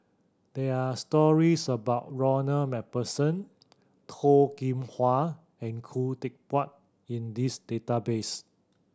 there are stories about Ronald Macpherson Toh Kim Hwa and Khoo Teck Puat in this database